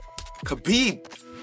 Khabib